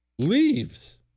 leaves